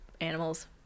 animals